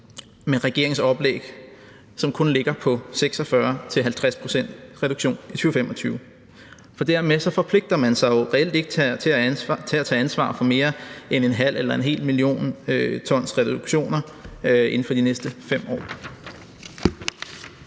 med regeringens oplæg, som kun ligger på 46-50 pct. reduktion i 2025, for dermed forpligter man sig jo reelt ikke til at tage ansvar for mere end en halv eller hel million tons reduktioner inden for de næste 5 år.